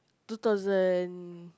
two thousand